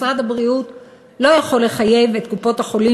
משרד הבריאות לא יכול לחייב את קופות-החולים